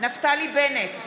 נפתלי בנט,